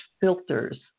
filters